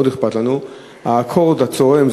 מאוד אכפת לנו האקורד הצורם,